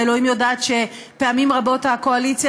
ואלוהים יודעת שפעמים רבות הקואליציה